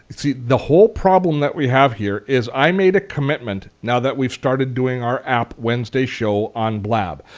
see the whole problem that we have here is i made a commitment now that we've started doing our app wednesday show on blab.